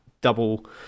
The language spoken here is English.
double